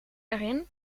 erin